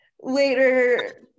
later